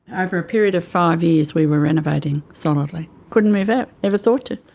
over a period of five years we were renovating solidly. couldn't move out. never thought to.